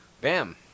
Bam